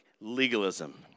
legalism